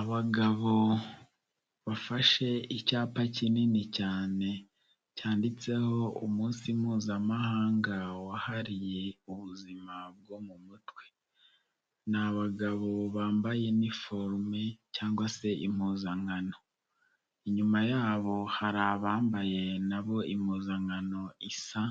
Abagabo bafashe icyapa kinini cyane cyanditseho umunsi mpuzamahanga wahariwe ubuzima bwo mu mutwe, n'abagabo bambaye inifome cyangwa se impuzankano, inyuma yabo hari abambaye nabo impuzankano isa